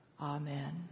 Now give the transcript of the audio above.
Amen